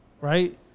right